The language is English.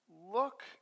look